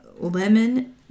lemon